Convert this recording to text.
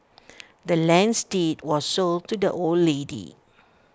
the land's deed was sold to the old lady